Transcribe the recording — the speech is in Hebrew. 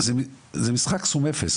זה משחק סכום אפס.